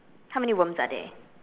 how many worms are there